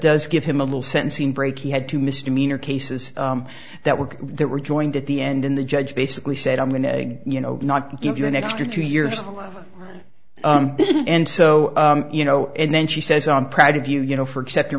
o give him a little sentencing break he had two misdemeanor cases that were there were joined at the end in the judge basically said i'm going to you know not give you an extra two years and so you know and then she says i'm proud of you you know for a